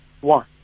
One